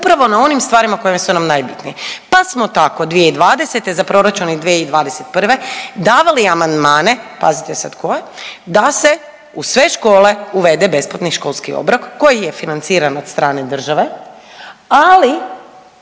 upravo na onim stvarima koji su nam najbitniji. Pa smo tako 2020. za proračun i 2021. davali amandmane pazite sad koje da se u sve škole uvede besplatni školski odbor koji je financiran od strane države, ali